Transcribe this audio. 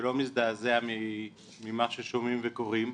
ולא מזדעזע ממה ששומעים וקוראים,